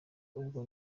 ubwo